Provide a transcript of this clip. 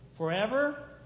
Forever